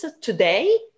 today